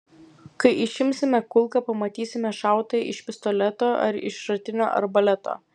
kai išimsime kulką pamatysime šauta iš pistoleto ar iš šratinio arbaleto